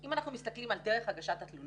אם אנחנו מסתכלים על דרך הגשת התלונות,